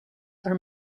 are